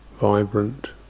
vibrant